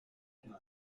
come